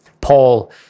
Paul